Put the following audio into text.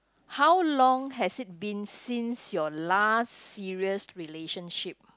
how long has it been since your last serious relationship